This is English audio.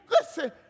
listen